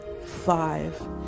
five